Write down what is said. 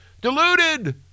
deluded